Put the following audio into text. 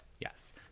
Yes